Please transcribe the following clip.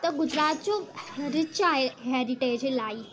त गुजरात जो रिच आहे हेरिटेज़ लाई